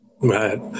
Right